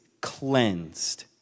cleansed